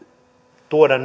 tuoda